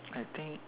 I think